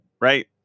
Right